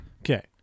Okay